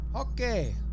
Okay